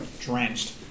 drenched